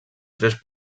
tres